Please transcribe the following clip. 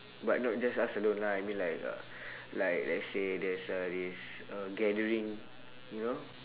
but not just us alone lah I mean like uh like let's say there's a is uh gathering you know